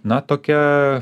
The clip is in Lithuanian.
na tokia